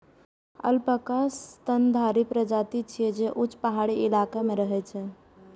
alpaca स्तनधारी प्रजाति छियै, जे ऊंच पहाड़ी इलाका मे रहै छै